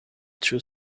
true